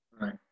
Right